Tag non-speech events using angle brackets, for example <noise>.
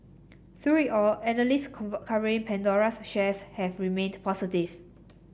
through it all analyst <unintelligible> covering Pandora's shares have remained positive